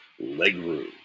Legroom